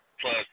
Plus